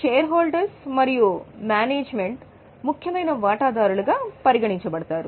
share holders మరియు management ముఖ్యమైన వాటాదారులుగా పరిగణించబడతారు